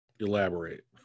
Elaborate